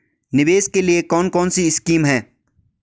निवेश के लिए कौन कौनसी स्कीम हैं?